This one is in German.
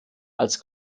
als